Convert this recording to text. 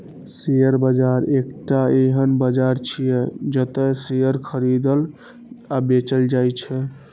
share बाजार एकटा एहन बाजार छियै, जतय शेयर खरीदल आ बेचल जाइ छै